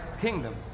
Kingdom